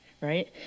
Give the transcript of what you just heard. right